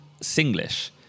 Singlish